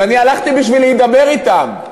ואני הלכתי בשביל להידבר אתם.